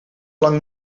lang